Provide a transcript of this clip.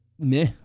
meh